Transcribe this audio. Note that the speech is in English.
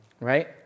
right